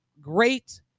great